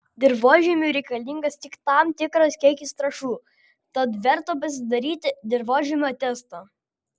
dirvožemiui reikalingas tik tam tikras kiekis trąšų tad verta pasidaryti dirvožemio testą